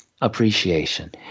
appreciation